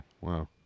Wow